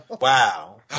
Wow